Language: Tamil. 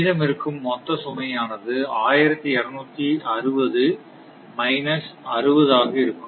மீதமிருக்கும் மொத்த சுமையானது 1260 மைனஸ் 60 ஆக இருக்கும்